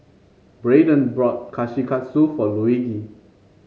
Braeden bought Kushikatsu for Luigi